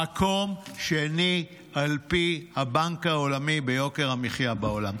מקום שני על פי הבנק העולמי ביוקר המחיה בעולם.